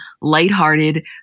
lighthearted